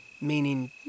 meaning